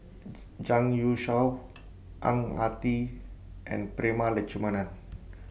Zhang Youshuo Ang Ah Tee and Prema Letchumanan